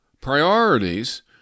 priorities